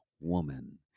woman